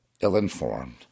ill-informed